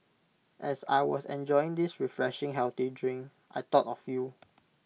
as I was enjoying this refreshing healthy drink I thought of you